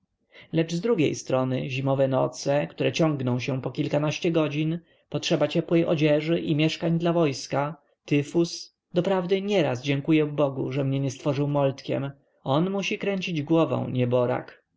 lecz z drugiej strony zimowe noce które ciągną się po kilkanaście godzin potrzeba ciepłej odzieży i mieszkań dla wojska tyfus doprawdy nieraz dziękuję bogu że mnie nie stworzył moltkiem on musi kręcić głową nieborak